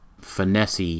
Finesse